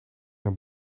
een